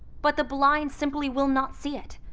but the blind simply will not see it.